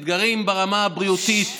אתגרים ברמה הבריאותית,